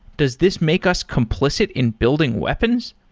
does this make us complicit in building weapons?